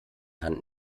hand